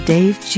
Dave